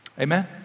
Amen